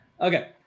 Okay